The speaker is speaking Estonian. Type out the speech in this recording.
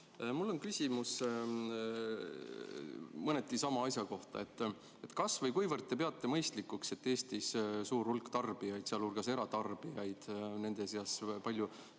Mul on küsimus mõneti sama asja kohta. Kas ja kui, siis kuivõrd te peate mõistlikuks, et Eestis suur hulk tarbijaid, sealhulgas eratarbijaid, nende seas palju